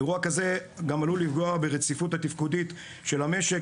אירוע כזה גם עלול לפגוע ברציפות התפקודית של המשק,